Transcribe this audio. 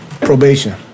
Probation